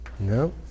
No